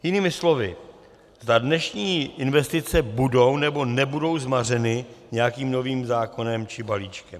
Jinými slovy, zda dnešní investice budou, nebo nebudou zmařeny nějakým novým zákonem či balíčkem.